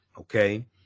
Okay